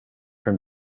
from